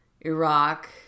Iraq